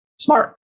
smart